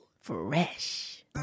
fresh